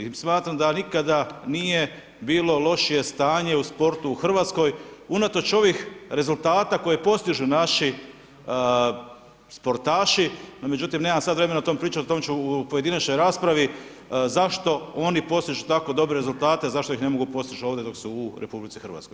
I smatram da nikada nije bilo lošije stanje u sportu u Hrvatskoj, unatoč ovih rezultata koje postižu naši sportaši, no međutim nemam sad vremena o tom pričat, o tom ću u pojedinačnoj raspravi, zašto oni postižu tako dobre rezultate, zašto ih ne mogu postić ovde dok su u RH.